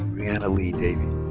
and lee davey.